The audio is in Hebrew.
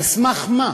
על סמך מה?